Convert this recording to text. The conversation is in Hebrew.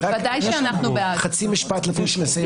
רק חצי משפט לפני שנסיים.